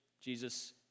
Jesus